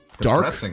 dark